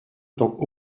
temps